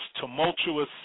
tumultuous